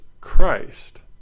Christ